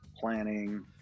planning